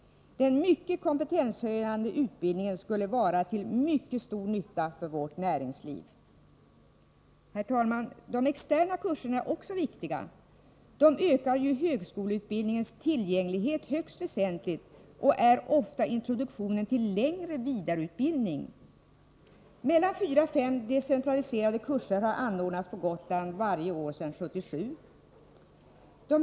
Den mycket kompetenshöjande utbildningen skulle vara till stor nytta för vårt näringsliv. Herr talman! De externa kurserna är också viktiga. De ökar ju högskoleutbildningens tillgänglighet högst väsentligt och är ofta introduktionen till längre vidareutbildning. Mellan fyra och fem decentraliserade kurser har anordnats på Gotland varje år sedan 1977.